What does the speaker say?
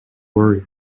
worry